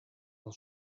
del